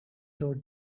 those